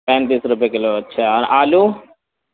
پینتیس روپئے کلو اچھا اور آلو